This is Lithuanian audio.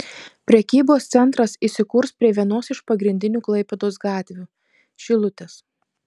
prekybos centras įsikurs prie vienos iš pagrindinių klaipėdos gatvių šilutės